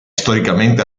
storicamente